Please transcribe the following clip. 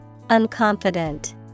Unconfident